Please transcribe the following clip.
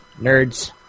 nerds